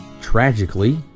tragically